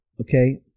okay